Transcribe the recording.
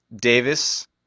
Davis